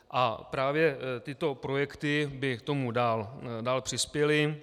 A právě tyto projekty by k tomu dál přispěly.